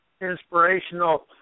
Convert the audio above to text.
inspirational